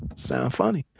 sounds funny.